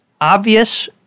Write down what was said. obvious